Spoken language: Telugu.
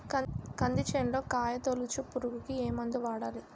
కంది చేనులో కాయతోలుచు పురుగుకి ఏ మందు వాడాలి?